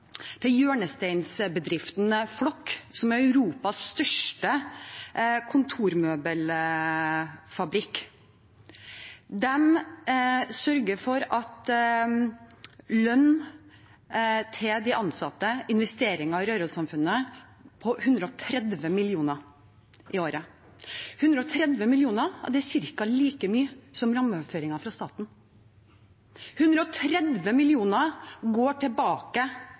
hjørnesteinsbedriften Flokk, som er Europas største kontormøbelfabrikk. De sørger for lønn til de ansatte og for investeringer i Røros-samfunnet på 130 mill. kr i året. 130 millioner er ca. like mye som rammeoverføringen fra staten. 130 millioner går tilbake